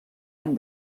any